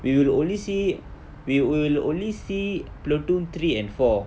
we will only see we will only see platoon three and four